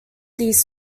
these